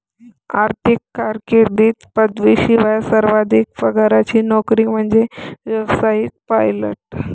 आर्थिक कारकीर्दीत पदवीशिवाय सर्वाधिक पगाराची नोकरी म्हणजे व्यावसायिक पायलट